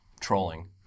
trolling